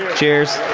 cheers.